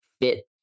fit